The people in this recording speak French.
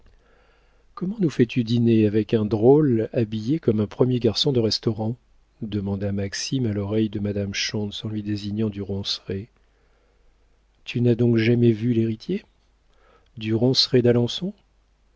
comment nous fais-tu dîner avec un drôle habillé comme un premier garçon de restaurant demanda maxime à l'oreille de madame schontz en lui désignant du ronceret tu n'as donc jamais vu l'héritier du ronceret d'alençon